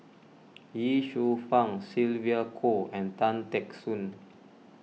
Ye Shufang Sylvia Kho and Tan Teck Soon